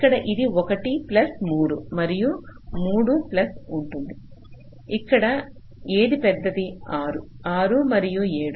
ఇక్కడ ఇది 1 ప్లస్ 3 మరియు 3 ప్లస్ ఉంటుంది అక్కడ ఏది పెద్దది 6 6 మరియు 7